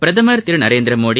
பிரதமர் திரு நரேந்திரமோடி